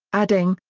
adding,